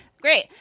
great